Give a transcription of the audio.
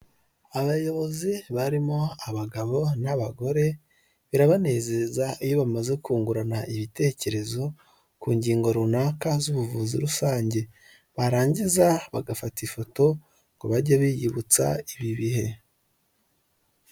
Abayobozi barimo abagabo n'abagore birabanezeza iyo bamaze kungurana ibitekerezo ku ngingo runaka z'ubuvuzi rusange, barangiza bagafata ifoto ngo bajye biyibutsa ibi bihe.